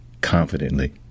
confidently